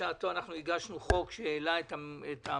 בשעתו הגשנו הצעת חוק להגדיל את המחיר.